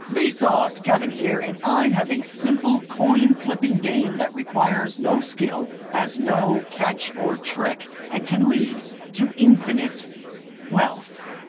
vsauce! kevin here, and i have a simple coin-flipping game, that requires no skill, has no catch or trick, and can lead to infinite wealth.